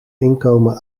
inkomen